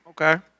Okay